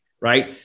right